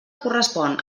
correspon